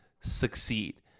succeed